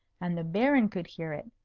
and the baron could hear it.